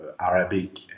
Arabic